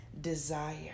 desire